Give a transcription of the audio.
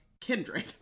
Kindred